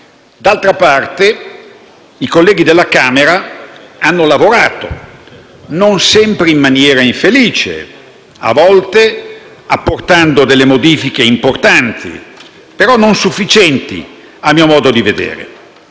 D'altra parte, i colleghi della Camera hanno lavorato, non sempre in maniera infelice, a volte apportando modifiche importanti, ma non sufficienti, a mio modo di vedere.